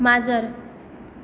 माजर